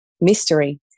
mystery